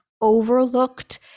overlooked